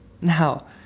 Now